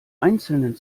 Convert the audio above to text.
einzelnen